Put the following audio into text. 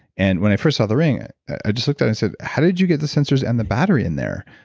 and when i first saw the ring i just looked at and said, how did you get the sensors and the battery in there?